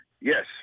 Yes